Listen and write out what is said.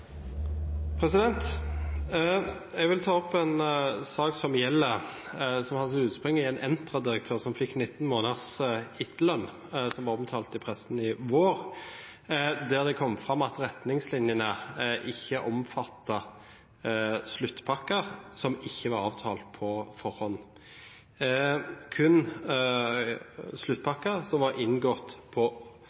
Jeg vil ta opp en sak som har sitt utspring i det at en Entra-direktør fikk 19 måneders etterlønn. Det ble sist vår omtalt i pressen, der det kom fram at retningslinjene ikke omfattet sluttpakker som ikke var avtalt på forhånd, kun sluttpakker som var avtalt på